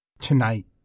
Tonight